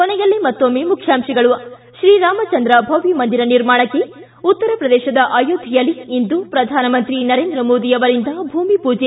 ಕೊನೆಯಲ್ಲಿ ಮತ್ತೊಮ್ಮೆ ಮುಖ್ಯಾಂಶಗಳು ಿ ಶ್ರೀರಾಮಚಂದ್ರ ಭವ್ಯ ಮಂದಿರ ನಿರ್ಮಾಣಕ್ಕೆ ಉತ್ತರ ಪ್ರದೇಶದ ಅಯೋಧ್ಯೆಯಲ್ಲಿ ಇಂದು ಪ್ರಧಾನಮಂತ್ರಿ ನರೇಂದ್ರ ಮೋದಿ ಅವರಿಂದ ಭೂಮಿ ಮೂಜೆ